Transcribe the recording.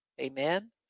Amen